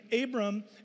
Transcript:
Abram